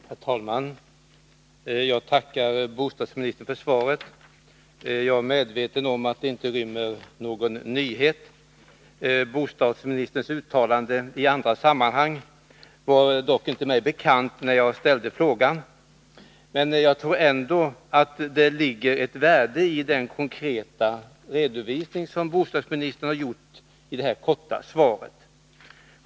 Herr talman! Jag tackar bostadsministern för svaret. Jag är medveten om att det inte rymmer någon nyhet. Bostadsministerns uttalanden i andra sammanhang var dock inte mig bekanta när jag ställde frågan. Jag tror ändå att det ligger ett värde i den konkreta redovisning som bostadsministern har gjort i det här korta svaret.